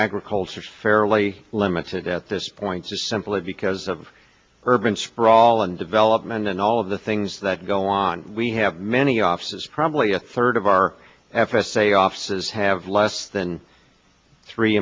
agriculture fairly limited at this point just simply because of urban sprawl and development and all of the things that go on we have many offices probably a third of our f s a offices have less than three